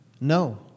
No